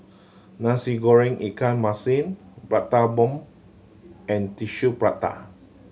Nasi Goreng ikan masin Prata Bomb and Tissue Prata